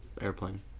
airplane